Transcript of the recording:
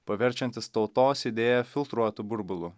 paverčiantis tautos idėją filtruotu burbulu